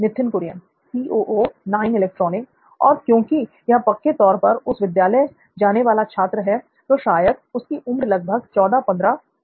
नित्थिन कुरियन और क्योंकि यह पक्के तौर पर विद्यालय जाने वाला छात्र है तो शायद इसकी उम्र लगभग 14 15 होगी